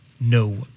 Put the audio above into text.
no